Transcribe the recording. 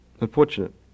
Unfortunate